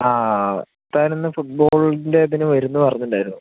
താനിന്ന് ഫുട്ബോളിൻ്റെ അതിന് വരുമെന്ന് പറഞ്ഞിട്ടുണ്ടായിരുന്നു